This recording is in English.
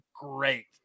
great